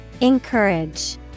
Encourage